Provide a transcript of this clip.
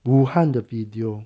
武汉的 video